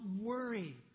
worry